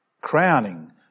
crowning